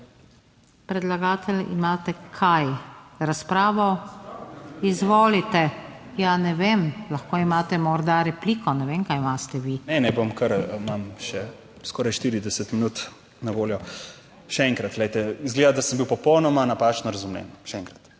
predlagatelj, imate kaj razpravo? Izvolite. Ja, ne vem, lahko imate morda repliko, ne vem kaj imate vi? ANDREJ HOIVIK (PS SDS): Ne, ne bom, kar imam še skoraj 40 minut na voljo. Še enkrat. Glejte, izgleda, da sem bil popolnoma napačno razumljen! Še enkrat,